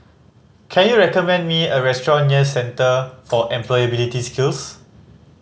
can you recommend me a restaurant near Centre for Employability Skills